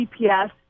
GPS